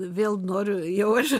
vėl noriu jau aš